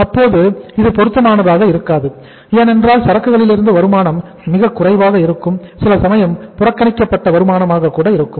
அப்போது இது பொருத்தமானதாக இருக்காது ஏனென்றால் சரக்குகலிருந்து வருமானம் மிகக் குறைவாக இருக்கும் சில சமயம் புறக்கணிக்கப்பட்ட வருமானமாக கூட இருக்கும்